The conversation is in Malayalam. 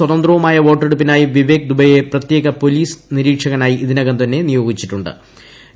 സ്വതന്ത്രവുമായ വോട്ടെടു്പ്പിനായി വിവേക് ദുബയെ പ്രത്യേക പോലീസ് നിരീക്ഷകനായി ഇതിനകം തന്നെ നിയോഗിച്ചിട്ടു ്